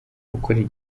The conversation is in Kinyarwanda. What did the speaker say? gukorera